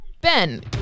Ben